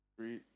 Three